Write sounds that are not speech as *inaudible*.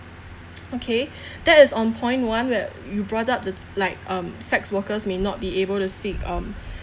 okay *breath* that is on point one where you brought up the like um sex workers may not be able to seek um *breath*